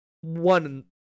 one